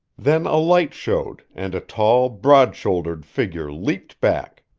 then a light showed and a tall, broad-shouldered figure leaped back.